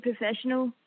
professional